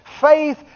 Faith